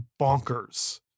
bonkers